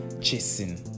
chasing